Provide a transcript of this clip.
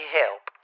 help